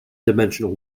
dimensional